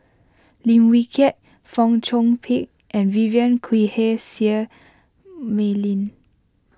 Lim Wee Kiak Fong Chong Pik and Vivien Quahe Seah Mei Lin